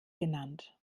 genannt